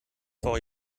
vor